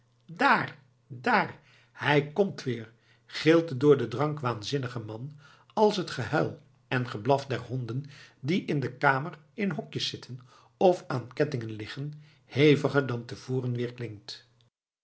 daar daar hij komt weer gilt de door den drank waanzinnige man als het gehuil en geblaf der honden die in de kamer in hokjes zitten of aan kettingen liggen heviger dan te voren